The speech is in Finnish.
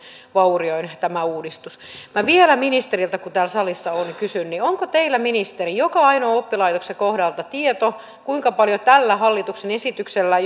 vaurioin tämä uudistus minä vielä ministeriltä kun hän täällä salissa on kysyn onko teillä ministeri joka ainoan oppilaitoksen kohdalta tieto kuinka paljon tällä hallituksen esityksellä